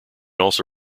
also